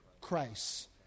Christ